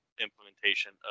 implementation